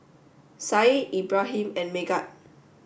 said Ibrahim and Megat